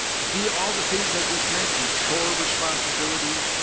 via all the things i just mentioned. chore responsibility,